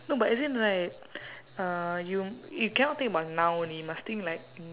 no but as in right uh you you cannot think about now only must think like